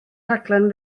rhaglen